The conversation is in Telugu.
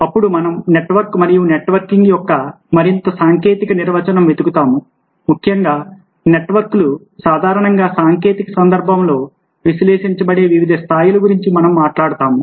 అప్పుడు మనం నెట్వర్క్ మరియు నెట్వర్కింగ్ యొక్క మరింత సాంకేతిక నిర్వచనం వెతుకుతాము ముఖ్యంగా నెట్వర్క్లు సాధారణంగా సాంకేతిక సందర్భంలో విశ్లేషించబడే వివిధ స్థాయిల గురించి మనం మాట్లాడుతాము